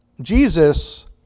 Jesus